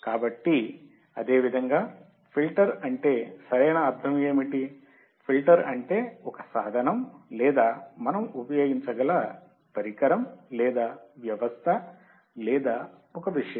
కాబట్టి అదే విధంగా ఫిల్టర్ అంటే సరైన అర్ధం ఏమిటి ఫిల్టర్ అంటే ఒక సాధనం లేదా మనం ఉపయోగించగల పరికరం లేదా వ్యవస్థ లేదా విషయం